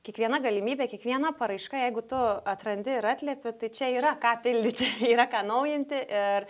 kiekviena galimybė kiekviena paraiška jeigu tu atrandi ir atliepi tai čia yra ką pildyti yra ką naujinti ir